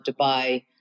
Dubai